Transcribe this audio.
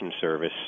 service